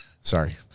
Sorry